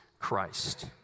Christ